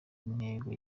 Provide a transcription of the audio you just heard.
intego